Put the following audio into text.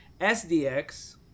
sdx